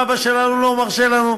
אבא שלנו לא מרשה לנו.